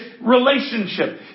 relationship